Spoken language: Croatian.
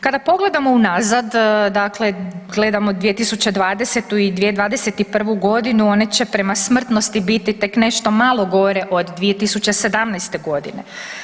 Kada pogledamo unazad, dakle gledamo 2020. i 2021.g. one će prema smrtnosti biti tek nešto malo gore od 2017.g.